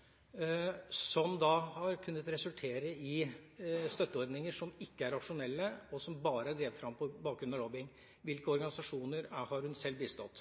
ikke er rasjonelle, og som bare er drevet fram på bakgrunn av lobbying. Hvilke organisasjoner har hun selv bistått?